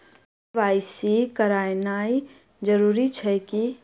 KYC करानाइ जरूरी अछि की?